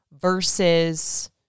versus